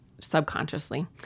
subconsciously